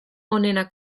onena